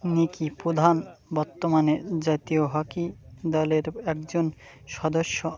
নিকি প্রধান বর্তমানে জাতীয় হকি দলের একজন সদস্যা